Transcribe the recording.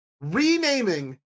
Renaming